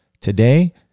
Today